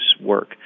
work